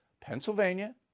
Pennsylvania